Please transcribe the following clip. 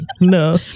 No